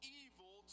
evil